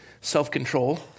self-control